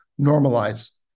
normalize